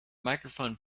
microphone